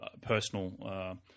personal